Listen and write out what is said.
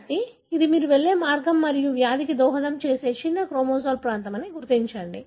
కాబట్టి ఇది మీరు వెళ్ళే మార్గం మరియు వ్యాధికి దోహదం చేసే చిన్న క్రోమోజోమల్ ప్రాంతమని గుర్తించండి